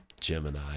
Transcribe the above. Gemini